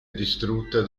distrutta